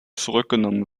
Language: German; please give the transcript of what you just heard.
zurückgenommen